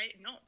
no